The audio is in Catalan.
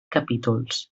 capítols